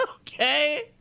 Okay